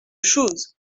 chose